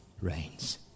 reigns